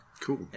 Cool